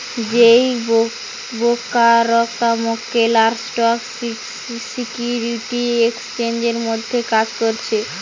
যেই ব্রোকাররা মক্কেল আর স্টক সিকিউরিটি এক্সচেঞ্জের মধ্যে কাজ করছে